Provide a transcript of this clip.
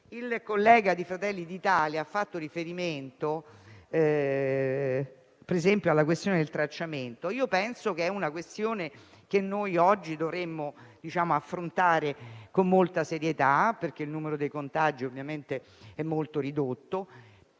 Il collega di Fratelli d'Italia ha fatto riferimento, per esempio, alla questione del tracciamento. Penso sia una questione che oggi dovremmo affrontare con molta serietà, perché il numero dei contagi è notevolmente ridotto.